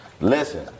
Listen